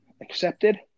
accepted